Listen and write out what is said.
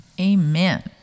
Amen